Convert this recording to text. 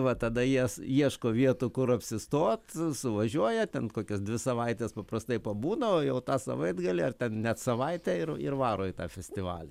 va tada jies ieško vietų kur apsistot suvažiuoja ten kokias dvi savaites paprastai pabūna o jau tą savaitgalį ar ten net savaitę ir ir varo į tą festivalį